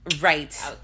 Right